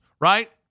right